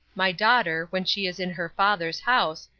my daughter, when she is in her father's house,